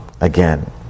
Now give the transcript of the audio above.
again